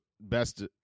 best